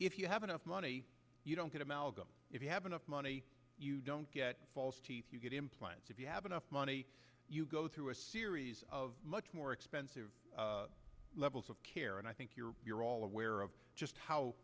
if you have enough money you don't get him out if you have enough money you don't get you get implants if you have enough money you go through a series of much more expensive levels of care and i think you're you're all aware of just how